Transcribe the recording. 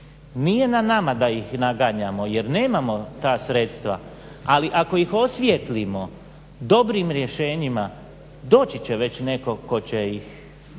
Nije na nama da ih naganjamo jer nemao ta sredstva, ali ako ih osvijetlimo dobrim rješenjima doći će već neko tko će ih